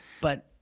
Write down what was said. but-